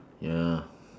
ya